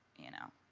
you know.